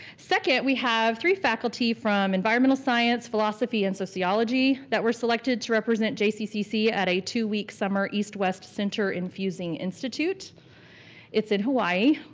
second, we have three faculty from environmental science, philosophy, and sociology that were selected to represent jccc at a two-week summer east west center infusing institute it's in hawaii.